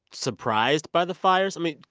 surprised by the fires? i mean,